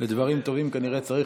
בקודש.